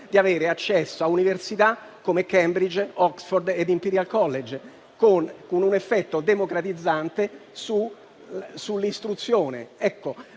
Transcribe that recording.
di avere accesso a università come Cambridge, Oxford e Imperial College, con un effetto democratizzante sull'istruzione.